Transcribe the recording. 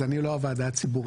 אז אני לא הוועדה הציבורית